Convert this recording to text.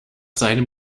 seinem